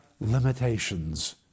limitations